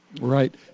Right